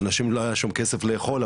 לאנשים לא היה להם כסף לאכול,